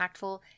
impactful